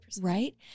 Right